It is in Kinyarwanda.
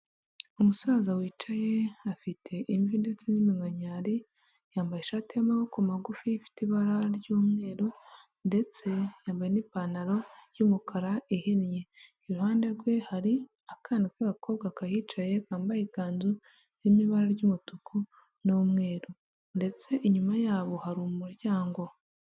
Umusaza wicaye afite imvi ndetse n'iminkanyari, yambaye ishati y'amaboko magufi ifite ibara ry'umweru ndetse yambaye n'ipantaro y'umukara ihinnye, iruhande rwe hari akana k'agakobwa kahicaye kambaye ikanzu irimo ibara ry'umutuku n'umweru ndetse inyuma yabo hari umuryango.